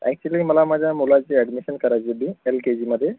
actually मला माझ्या मुलाची अॅडमिशन करायची होती एल के जीमध्ये